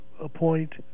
appoint